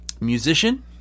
musician